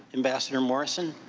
ambassador morrison.